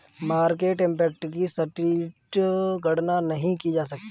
market impact की सटीक गणना नहीं की जा सकती